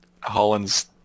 Holland's